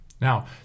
Now